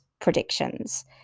predictions